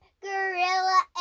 gorilla